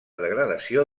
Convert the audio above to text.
degradació